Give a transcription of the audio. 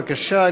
בבקשה,